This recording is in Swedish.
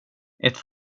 ett